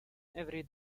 every